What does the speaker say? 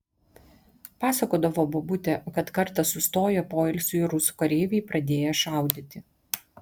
pasakodavo bobutė kad kartą sustoję poilsiui rusų kareiviai pradėję šaudyti